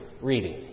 reading